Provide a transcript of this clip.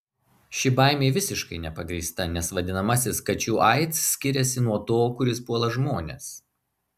ši baimė visiškai nepagrįsta nes vadinamasis kačių aids skiriasi nuo to kuris puola žmones